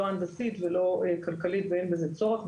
לא הנדסית ולא כלכלית ואין בזה צורך.